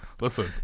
Listen